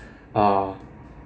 uh